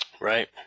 right